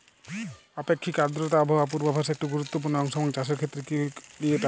আপেক্ষিক আর্দ্রতা আবহাওয়া পূর্বভাসে একটি গুরুত্বপূর্ণ অংশ এবং চাষের ক্ষেত্রেও কি তাই?